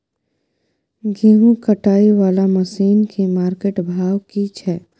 गेहूं कटाई वाला मसीन के मार्केट भाव की छै?